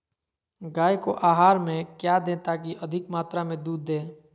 गाय को आहार में क्या दे ताकि अधिक मात्रा मे दूध दे?